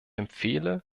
empfehle